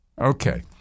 Okay